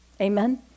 Amen